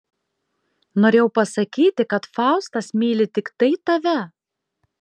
norėjau pasakyti kad faustas myli tiktai tave